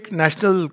national